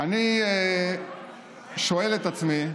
אני שואל את עצמי,